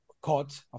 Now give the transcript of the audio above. caught